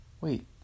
Wait